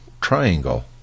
triangle